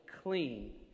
Clean